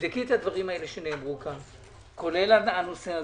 תבדקו את הדברים שנאמרו כאן, כולל הנושא הזה,